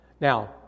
Now